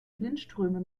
blindströme